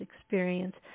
experience